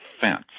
fence